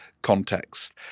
context